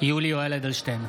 יולי יואל אדלשטיין,